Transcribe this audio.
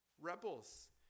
rebels